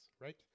right